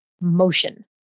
motion